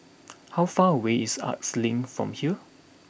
how far away is Arts Link from here